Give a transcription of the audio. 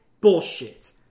Bullshit